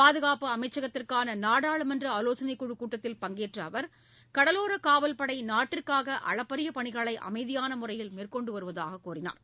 பாதுகாப்பு அமைச்சகத்திற்கான நாடாளுமன்ற ஆலோசனைக் குழு கூட்டத்தில் பங்கேற்ற அவர் கடலோரக் காவல்படை நாட்டிற்காக அளப்பரிய பணிகளை அமைதியான முறையில் மேற்கொண்டு வருவதாகக் கூறினார்